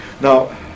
now